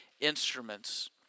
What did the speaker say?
instruments